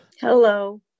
Hello